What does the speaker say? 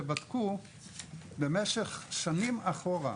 שבדקו במשך שנים אחורה,